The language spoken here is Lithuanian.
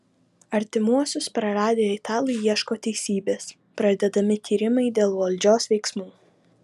artimuosius praradę italai ieško teisybės pradedami tyrimai dėl valdžios veiksmų